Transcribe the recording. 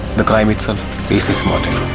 the crime itself is his motive.